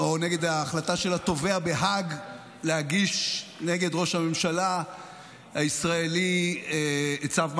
של התובע בהאג להגיש נגד ראש הממשלה הישראלי צו מעצר.